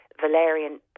valerian